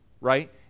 right